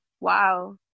Wow